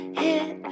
hit